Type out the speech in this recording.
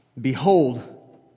Behold